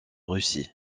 russie